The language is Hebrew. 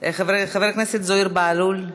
חבר הכנסת זוהיר בהלול,